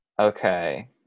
Okay